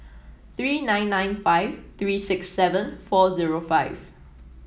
three nine nine five three six seven four zero five